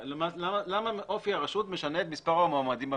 למה אופי הרשות משנה את מספר המועמדים במכרז?